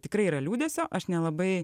tikrai yra liūdesio aš nelabai